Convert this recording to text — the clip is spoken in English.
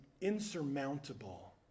insurmountable